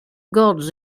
gods